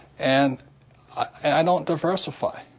and i don't diversify.